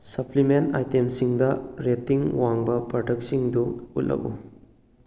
supplement ꯑꯥꯏꯇꯦꯝꯁꯤꯡꯗ rating ꯋꯥꯡꯕ ꯄ꯭ꯔꯗꯛꯁꯤꯡꯗꯨ ꯎꯠꯂꯛꯎ